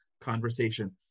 conversation